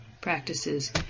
practices